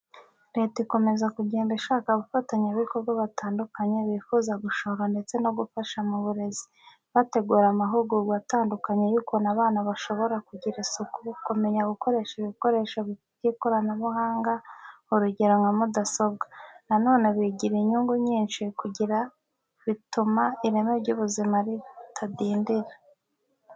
Leta ikomeza kugenda ishaka abafatanyabikorwa batandukanye bifuza gushora ndetse no gufasha mu burezi. Bategura amahugurwa atandukanye y'ukuntu abana bashobora kugira isuku, kumenya gukoresha ibikoresho by'ikoranabuhanga urugero nka mudasobwa. Na none bigira inyungu nyinshi kuko bituma ireme ry'uburezi ritadindira.